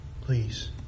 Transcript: please